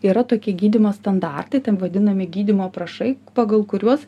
yra tokie gydymo standartai ten vadinami gydymo aprašai pagal kuriuos